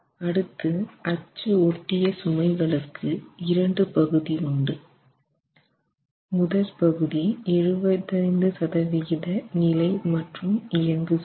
அடுத்து அச்சு ஒட்டிய சுமைகளுக்கு இரண்டு பகுதி உண்டு முதல் பகுதி 75 சதவிகித நிலை மற்றும் இயங்கு சுமை